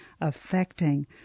affecting